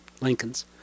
Lincolns